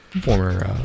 Former